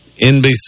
NBC